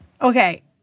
Okay